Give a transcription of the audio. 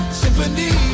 symphony